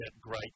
great